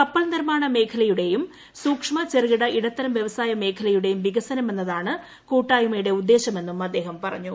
കപ്പൽ നിർമ്മാണ മേഖലയുടെയും സൂക്ഷ്മ ചെറുകിട ഇടത്തരം വൃവസായ മേഖലയുടെയും വികസനം എന്നതാണ് കൂട്ടായ്മയുടെ ഉദ്ദേശമെന്നും അദ്ദേഹം പറഞ്ഞു